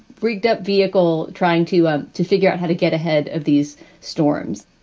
rigged up vehicle, trying to ah to figure out how to get ahead of these storms.